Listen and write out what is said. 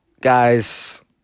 guys